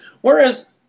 Whereas